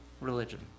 religion